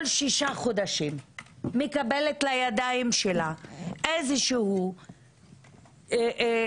שישה חודשים מקבלת לידידים שלה איזשהו סיכום,